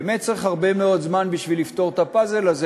באמת צריך הרבה מאוד זמן בשביל לפתור את הפאזל הזה.